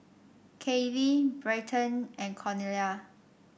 Kayley Bryton and Cornelia